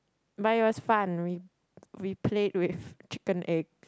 but it was fun we we play with chicken egg